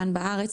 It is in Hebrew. כאן בארץ,